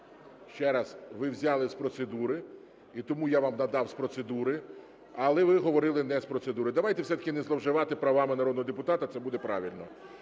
Ще раз, ви взяли з процедури і тому я вам надав з процедури, але ви говорили не з процедури. Давайте все-таки не зловживати правами народного депутата, це буде правильно.